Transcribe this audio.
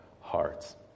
hearts